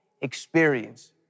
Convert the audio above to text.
experience